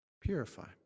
purify